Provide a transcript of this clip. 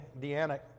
Deanna